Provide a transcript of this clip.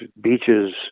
beaches